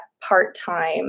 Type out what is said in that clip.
part-time